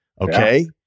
Okay